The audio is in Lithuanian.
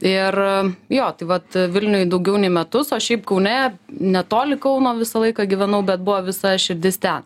ir jo tai vat vilniuj daugiau nei metus o šiaip kaune netoli kauno visą laiką gyvenau bet buvo visa širdis ten